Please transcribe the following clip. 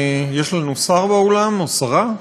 יש לנו שר באולם או שרה?